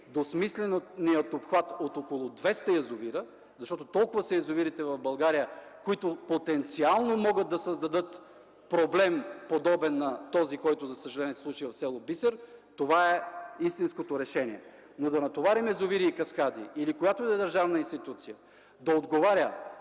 до смисления обхват от около 200 язовира, защото толкова са язовирите в България, които потенциално могат да създадат проблем, подобен на този, който за съжаление се случи в с. Бисер, това е истинското решение. Но да натоварим „Язовири и каскади” или която и да е държавна институция да отговаря